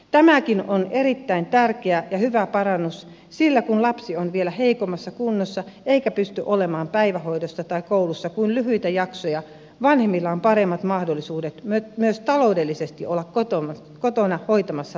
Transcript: tämäkin on erittäin tärkeä ja hyvä parannus sillä kun lapsi on vielä heikommassa kunnossa eikä pysty olemaan päivähoidossa tai koulussa kuin lyhyitä jaksoja vanhemmilla on paremmat mahdollisuudet myös taloudellisesti olla kotona hoitamassa lastaan